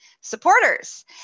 supporters